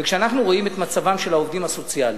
וכשאנחנו רואים את מצבם של העובדים הסוציאליים,